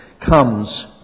comes